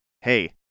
hey